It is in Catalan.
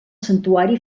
santuari